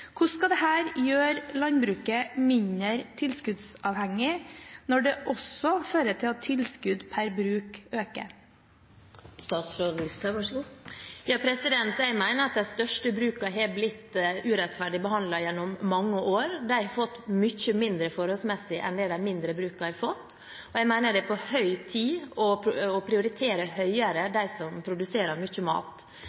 Hvordan skal dette gjøre landbruket mindre tilskuddsavhengig, når det også fører til at tilskudd per bruk øker? Jeg mener at de største brukene har blitt urettferdig behandlet gjennom mange år. De har fått mye mindre forholdsmessig enn det de mindre brukene har fått. Jeg mener det er på høy tid å prioritere høyere